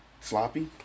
sloppy